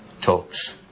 talks